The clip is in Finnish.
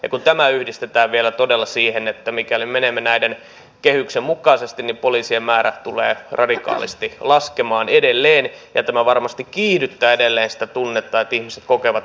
kun tämä yhdistetään vielä siihen että mikäli menemme näiden kehysten mukaisesti poliisien määrä tulee radikaalisti laskemaan edelleen niin tämä varmasti kiihdyttää edelleen sitä tunnetta että ihmiset kokevat epävarmuutta